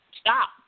stop